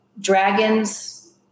dragons